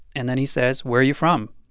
and then he says, where are you from?